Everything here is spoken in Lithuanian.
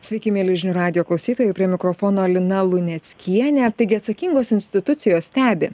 sveiki mieli žinių radijo klausytojai prie mikrofono lina luneckienė taigi atsakingos institucijos stebi